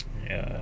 ya